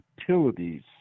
utilities